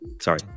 sorry